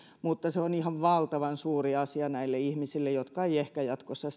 mutta se on ihan valtavan suuri asia näille ihmisille jotka eivät ehkä jatkossa